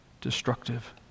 destructive